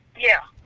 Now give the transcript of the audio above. yeah.